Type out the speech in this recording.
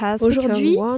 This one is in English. Aujourd'hui